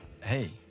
Hey